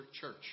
church